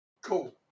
cool